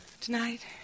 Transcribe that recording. Tonight